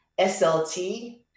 SLT